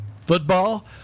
football